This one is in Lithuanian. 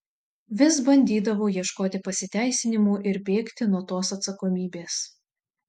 vis bandydavau ieškoti pasiteisinimų ir bėgti nuo tos atsakomybės